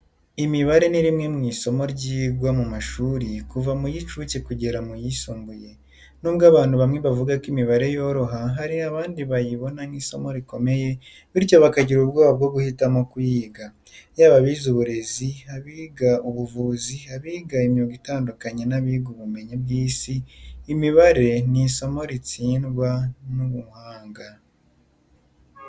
Imibare ni rimwe mu isomo ryirwa mu mashuri kuva mu y'incuke kugeza mu y'isumbuye. Nubwo abantu bamwe bavugako imibare yoroha, hari abandi bayibona nk'isomo rikomeye bityo bakagira ubwoba bwo guhitamo kuyiga. Yaba abiga uburezi, abiga ubuvuzi, abiga imyuga itandukanye, n'abiga ubumenyi bw'isi, imibare ni isomo ritsindwa n'umuhanga.